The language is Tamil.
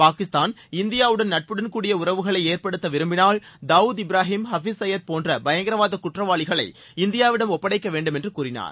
பாகிஸ்தான் இந்தியாவுடன் நட்புடன் கூடிய உறவுகளை ஏற்படுத்த விரும்பினால் தாவூத் இப்ராஹிம் ஹாபிஸ் சயத் போன்ற பயங்கரவாத குற்றவாளிகளை இந்தியாவிடம் ஒப்படைக்க வேண்டும் என்று கூறினார்